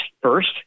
first